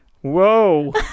Whoa